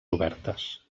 obertes